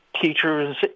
teachers